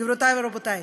גבירותי ורבותי,